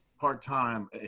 part-time